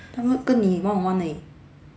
他们跟你 one on one leh